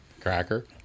Cracker